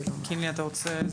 אתה רוצה?